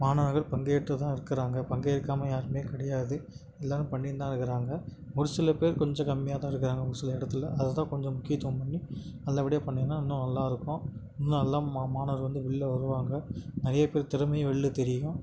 மாணவர்கள் பங்கேற்று தான் இருக்கிறாங்க பங்கேற்காமல் யாரும் கிடையாது எல்லாம் பண்ணின்னு தான் இருக்கிறாங்க ஒரு சில பேர் கொஞ்சம் கம்மியாக தான் இருக்காங்க ஒரு சில இடத்துல அதை தான் கொஞ்சம் முக்கியத்துவம் பண்ணி நல்லபடியாக பண்ணினா இன்னும் நல்லா இருக்கும் இன்னும் நல்லா மாணவர்கள் வந்து வெளில வருவாங்க நிறைய பேர் திறமையும் வெளில தெரியும்